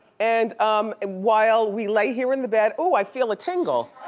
and um and while we lay here in the bed, ooh, i feel a tingle.